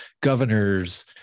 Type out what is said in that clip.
governors